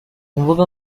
mbuga